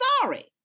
sorry